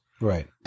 Right